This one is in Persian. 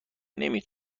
نمی